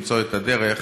למצוא את הדרך